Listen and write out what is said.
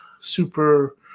super